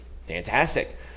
fantastic